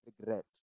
regret